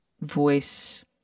voice